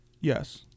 Yes